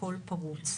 הכול פרוץ.